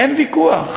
אין ויכוח.